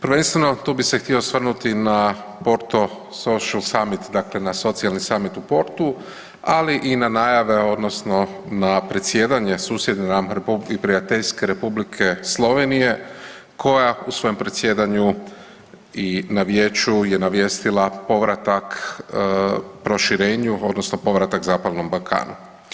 Prvenstveno tu bih se htio osvrnuti na Porto Social Summit, dakle na socijalni summit u Portu ali i na najave odnosno na predsjedanje susjedne nam i prijateljske Republike Slovenije koja u svojem predsjedanju i na Vijeću je navijestila povratak proširenju, odnosno povratak Zapadnom Balkanu.